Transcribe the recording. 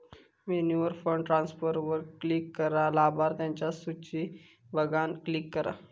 मेन्यूवर फंड ट्रांसफरवर क्लिक करा, लाभार्थिंच्या सुची बघान क्लिक करा